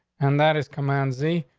and that is command z,